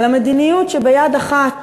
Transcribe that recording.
על המדיניות שביד אחת